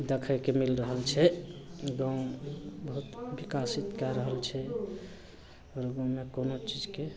देखैके मिलि रहल छै गाम बहुत विकसित कै रहल छै हमरा गाममे कोनो चीजके